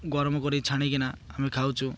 ଗରମ କରି ଛାଣିକିନା ଆମେ ଖାଉଛୁ